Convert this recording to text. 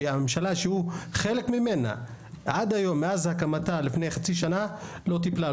שהממשלה שהוא חלק ממנה עד היום מאז הקמתה לפני חצי שנה לא טיפלה,